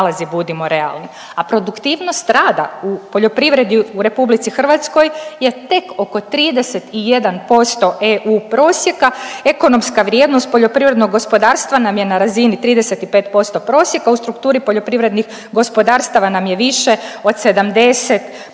A produktivnost rada u poljoprivredi u RH je tek oko 31% eu prosjeka, ekonomska vrijednost poljoprivrednog gospodarstva nam je na razini 35% prosjeka u strukturi poljoprivrednih gospodarstava nam je više od 70%